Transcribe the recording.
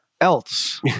else